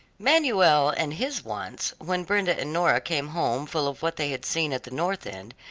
manuel and his wants, when brenda and nora came home full of what they had seen at the north end,